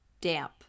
damp